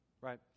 right